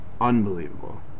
unbelievable